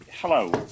Hello